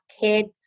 kids